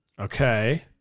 Okay